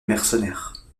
mercenaires